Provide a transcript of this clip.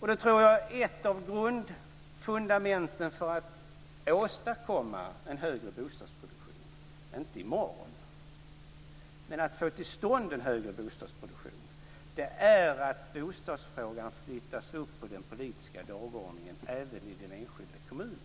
Jag tror att ett av fundamenten för att åstadkomma en högre bostadsproduktion - men inte i morgon - är att bostadsfrågan flyttas upp på den politiska dagordningen även i den enskilda kommunen.